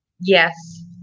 Yes